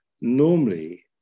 normally